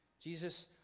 Jesus